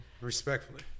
Respectfully